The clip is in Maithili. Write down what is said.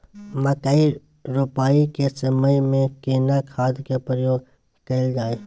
मकई रोपाई के समय में केना खाद के प्रयोग कैल जाय?